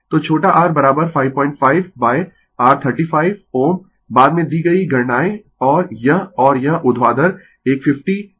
तो छोटा r 55 by r 35 Ω बाद में दी गई गणनायें और यह और यह ऊर्ध्वाधर एक 50 sine524 o है